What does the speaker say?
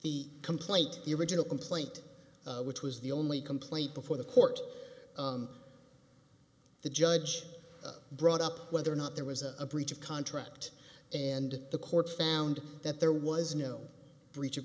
the complaint the original complaint which was the only complaint before the court the judge brought up whether or not there was a breach of contract and the court found that there was no breach